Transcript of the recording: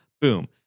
boom